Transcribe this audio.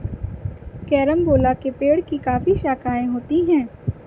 carambola के पेड़ की काफी शाखाएं होती है